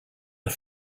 are